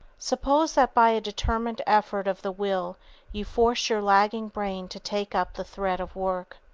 suppose that by a determined effort of the will you force your lagging brain to take up the thread of work.